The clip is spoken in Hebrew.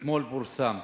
אתמול פורסם,